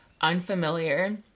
unfamiliar